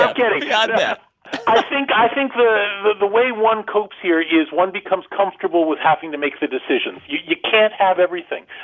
i'm kidding beyond that i think i think the the way one copes here is one becomes comfortable with having to make the decisions. you can't have everything.